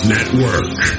Network